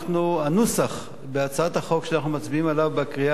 שנוסח הצעת החוק שאנחנו מצביעים עליו בקריאה